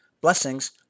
Blessings